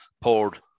poured